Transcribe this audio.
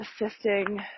assisting